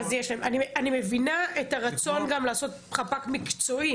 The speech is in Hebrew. אני מבינה את הרצון גם לעשות חפ"ק מקצועי